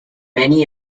many